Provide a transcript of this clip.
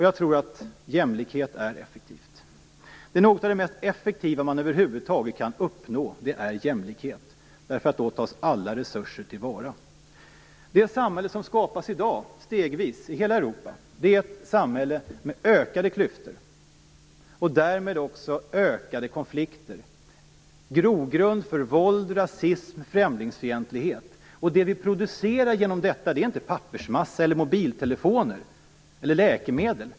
Jag tror att jämlikhet är effektivt. Jämlikhet är något av det mest effektiva man över huvud taget kan uppnå, eftersom alla resurser då tas till vara. Det samhälle som i dag stegvis skapas i hela Europa är ett samhälle med ökade klyftor och därmed också med ett ökat antal konflikter. Det är grogrund för våld, rasism och främlingsfientlighet. Det vi producerar genom detta är inte pappersmassa, mobiltelefoner eller läkemedel.